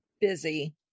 busy